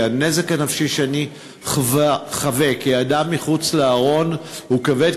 כי הנזק הנפשי שאני חווה כאדם מחוץ לארון הוא כבד